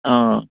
ꯑꯥ